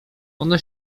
one